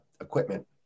equipment